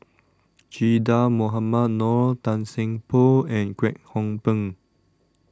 Che Dah Mohamed Noor Tan Seng Poh and Kwek Hong Png